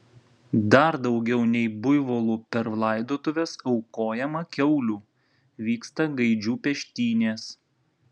dar daugiau nei buivolų per laidotuves aukojama kiaulių vyksta gaidžių peštynės